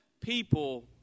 people